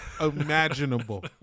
imaginable